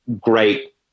great